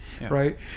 right